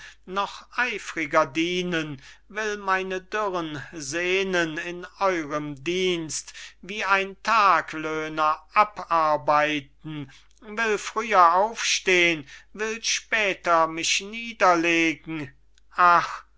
noch eifriger dienen will meine dürren sehnen in eurem dienst wie ein taglöhner abarbeiten will früher aufstehen will später mich niederlegen ach